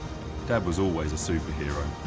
dad was always a superhero.